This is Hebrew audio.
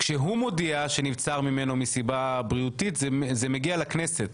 כשהוא מודיע שנבצר ממנו מסיבה בריאותית זה מגיע לכנסת,